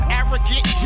Arrogant